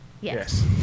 Yes